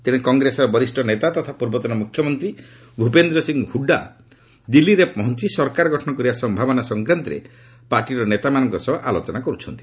ତେଣେ କଂଗ୍ରେସର ବରିଷ୍ଠ ନେତା ତଥା ପୂର୍ବତନ ମୁଖ୍ୟମନ୍ତ୍ରୀ ଭୂପେନ୍ଦ୍ର ସିଂହ ହୁଡ୍ଡା ଦିଲ୍ଲୀରେ ପହଞ୍ଚି ସରକାର ଗଠନ କରିବା ସମ୍ଭାବନା ସଂକ୍ରାନ୍ତରେ ପାର୍ଟିର ନେତାମାନଙ୍କ ସହ ଆଲୋଚନା କରିଛନ୍ତି